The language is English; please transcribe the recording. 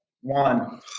One